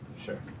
sure